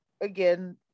again